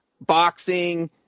boxing